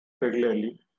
regularly